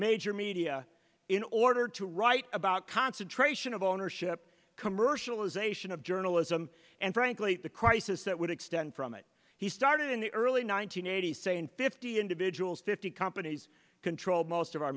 major media in order to write about concentration of ownership commercialization of journalism and frankly the crisis that would extend from it he started in the early one nine hundred eighty say in fifty individuals fifty companies controlled most of our